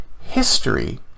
history